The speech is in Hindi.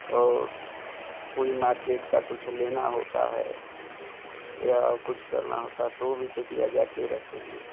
और कोई मार्केट का कुछ लेना होता है या कुछ करना होता है तो भी चेकिया जाते रहते हैं